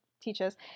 teaches